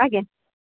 ଆଜ୍ଞା